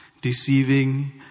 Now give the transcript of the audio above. deceiving